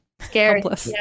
scared